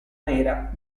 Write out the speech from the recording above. nera